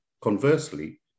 Conversely